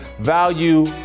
value